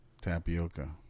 Tapioca